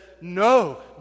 No